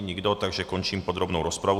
Nikdo, takže končím podrobnou rozpravu.